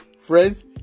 friends